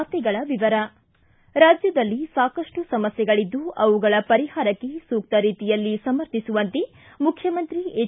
ವಾರ್ತೆಗಳ ವಿವರ ರಾಜ್ಯದಲ್ಲಿ ಸಾಕಷ್ಟು ಸಮಸ್ಯೆಗಳಿದ್ದು ಅವುಗಳ ಪರಿಹಾರಕ್ಕೆ ಸೂಕ್ತ ರೀತಿಯಲ್ಲಿ ಸಮರ್ಥಿಸುವಂತೆ ಮುಖ್ಯಮಂತ್ರಿ ಎಚ್